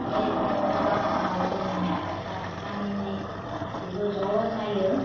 बे मंगलबार सानाव जों गामिनि गासिबो ज' जायो